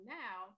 now